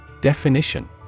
Definition